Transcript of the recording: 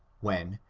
when,